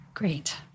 Great